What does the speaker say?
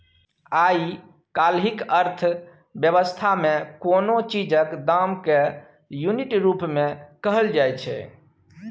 आइ काल्हिक अर्थ बेबस्था मे कोनो चीजक दाम केँ युनिट रुप मे कहल जाइ छै